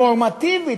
נורמטיבית,